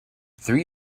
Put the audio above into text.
three